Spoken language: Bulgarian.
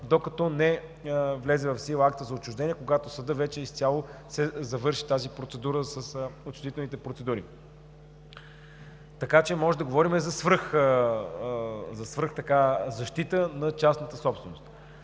докато не влезе в сила акта за отчуждение, когато съдът вече изцяло завърши тази процедура с отчуждителните процедури, така че можем да говорим за свръхзащита на частната собственост.